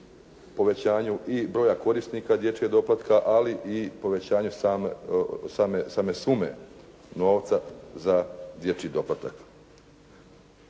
povećanju i broja korisnika dječjeg doplatka, ali i povećanju same sume novca za dječji doplatak.